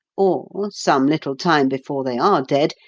or, some little time before they are dead,